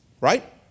right